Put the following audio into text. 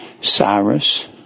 Cyrus